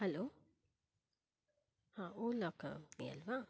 hello ಹಾಂ Ola company ಅಲ್ವ